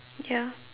ya